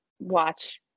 watch